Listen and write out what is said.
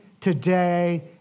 today